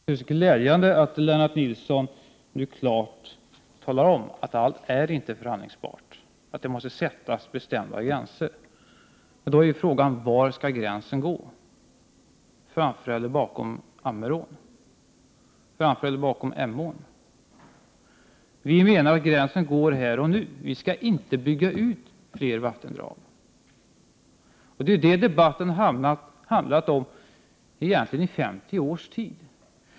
Fru talman! Det är glädjande att Lennart Nilsson nu talar om att allt inte är förhandlingsbart, utan att bestämda gränser måste sättas. Frågan blir då: Var skall gränsen gå — före eller efter Ammerån, före eller efter Emån? Vi menar att gränsen går här och nu. Vi skall inte bygga ut fler vattendrag. Det är detta som debatten egentligen har handlat om under 50 års tid.